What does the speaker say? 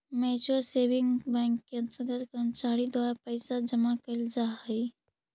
mutual saving bank के अंतर्गत कर्मचारी के द्वारा पैसा जमा कैल जा हइ